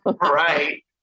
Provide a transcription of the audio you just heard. Right